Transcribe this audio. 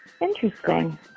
Interesting